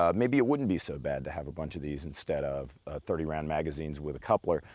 um maybe it wouldn't be so bad to have a bunch of these instead of thirty round magazines with a coupler.